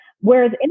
Whereas